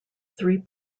three